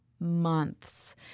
months